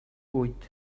vuit